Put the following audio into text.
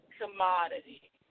commodity